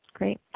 great.